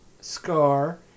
scar